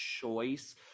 choice